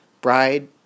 Bride